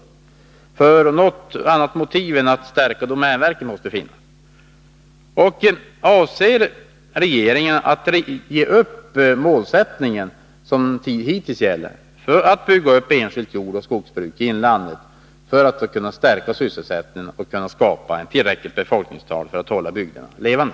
Det måste finnas något annat motiv än att stärka domänverket. Avser regeringen att ge upp den målsättning som hittills gällt: att bygga upp enskilt jordoch skogsbruk i inlandet för att stärka sysselsättningen och skapa ett tillräckligt befolkningstal, så att bygderna hålls levande?